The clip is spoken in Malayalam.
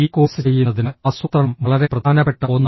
ഈ കോഴ്സ് ചെയ്യുന്നതിന് ആസൂത്രണം വളരെ പ്രധാനപ്പെട്ട ഒന്നാണ്